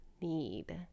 need